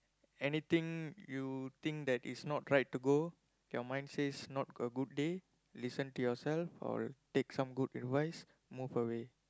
anything you think that is not right to go your mind says not a good day listen to yourself or take some good advice move away